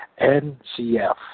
NCF